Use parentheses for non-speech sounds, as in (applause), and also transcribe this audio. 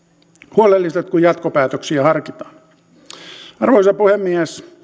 huolelliset kun jatkopäätöksiä harkitaan arvoisa puhemies (unintelligible)